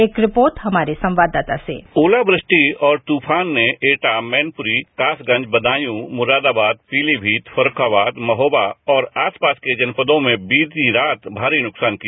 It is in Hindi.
एक रिपोर्ट हमारे संवाददाता से ओलावृष्टि और तूफान ने एटा मैनपुरी कासगंज बदायू मुरादाबाद पीलीमीत फर्रुखाबाद महोबा और आसपास के जनपदों में बीती रात भारी नुकसान किया